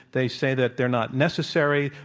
they say that they're not necessary,